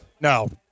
No